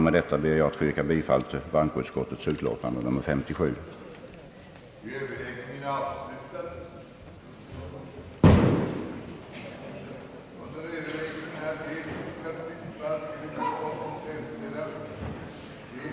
Med detta ber jag att få yrka bifall till bankoutskottets utlåtande nr 57. betalt skatt att erhålla denna försäkringsförmån.